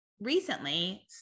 recently